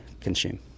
consume